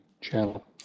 channel